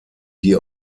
die